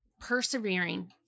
persevering